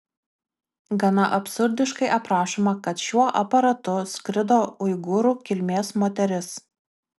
gana absurdiškai aprašoma kad šiuo aparatu skrido uigūrų kilmės moteris